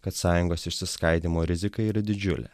kad sąjungos išsiskaidymo rizika yra didžiulė